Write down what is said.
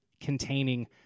containing